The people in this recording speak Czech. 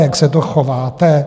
Jak se to chováte?